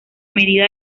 medida